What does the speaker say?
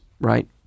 right